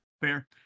fair